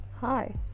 hi